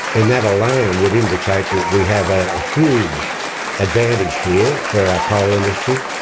then that alone would indicate that we have a huge advantage here for our coal industry,